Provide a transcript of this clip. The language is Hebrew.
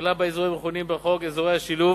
תחילה באזורים המכונים בחוק "אזורי שילוב".